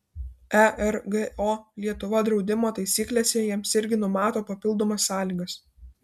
ergo lietuva draudimo taisyklėse jiems irgi numato papildomas sąlygas